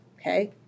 okay